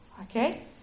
Okay